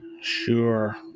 Sure